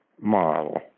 model